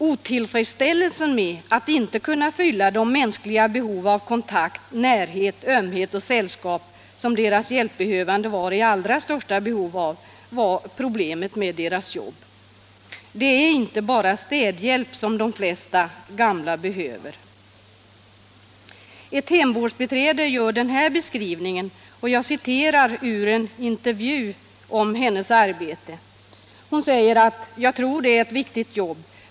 Otillfredsställelsen med att inte kunna fylla de hjälpbehövandes stora behov av mänsklig kontakt, närhet, ömhet och sällskap, det var problemet med deras jobb. Det är inte bara städhjälp som de flesta gamla behöver. Ett hemvårdsbiträde gör den här beskrivningen — jag citerar ur en intervju om hennes arbete: ”Jag tror det är ett viktigt jobb.